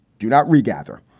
do not regather.